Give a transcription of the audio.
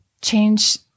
change